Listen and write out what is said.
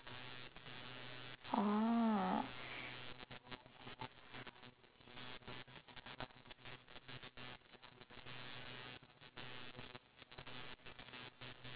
oh